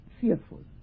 fearful